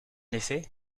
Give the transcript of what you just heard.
effet